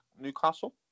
Newcastle